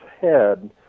head